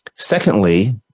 Secondly